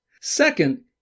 Second